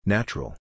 Natural